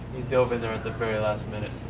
dove in there at the very last minute.